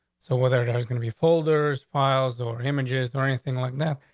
so whether there's gonna be folders, files, or images or anything like that,